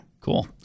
Cool